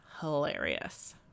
hilarious